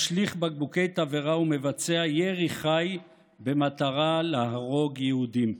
משליך בקבוקי תבערה ומבצע ירי חי במטרה להרוג יהודים.